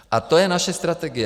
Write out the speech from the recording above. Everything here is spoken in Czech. A to je naše strategie.